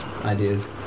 ideas